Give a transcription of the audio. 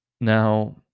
Now